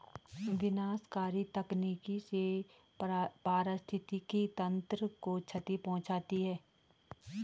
विनाशकारी तकनीक से पारिस्थितिकी तंत्र को क्षति पहुँचती है